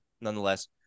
nonetheless